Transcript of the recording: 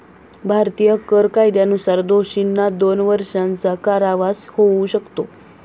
भारतीय कर कायद्यानुसार दोषींना दोन वर्षांचा कारावास होऊ शकतो